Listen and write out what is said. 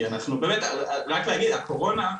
הקורונה,